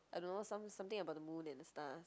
I don't know some something about the moon and the stars